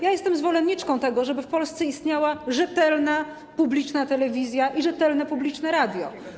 Ja jestem zwolenniczką tego, żeby w Polsce istniała rzetelna, publiczna telewizja i rzetelne, publiczne radio.